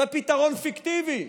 זה פתרון פיקטיבי.